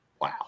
Wow